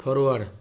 forward